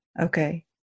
Okay